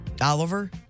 Oliver